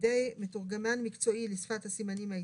בידי מתורגמן מקצועי לשפת הסימנים הישראלית,